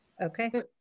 Okay